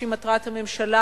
שהיא מטרת הממשלה,